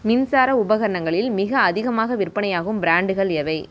மின்சார உபகரணங்களில் மிக அதிகமாக விற்பனையாகும் பிராண்டுகள் எவை